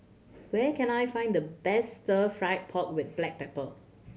where can I find the best Stir Fry pork with black pepper